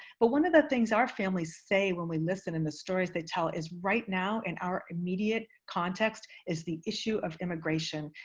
but one of the things our families say when we listen and the stories they tell is right now in our immediate context is the issue of immigration.